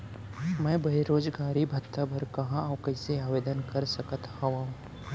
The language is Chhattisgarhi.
मैं बेरोजगारी भत्ता बर कहाँ अऊ कइसे आवेदन कर सकत हओं?